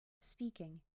speaking